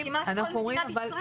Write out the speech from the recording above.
זה כמעט כל מדינת ישראל.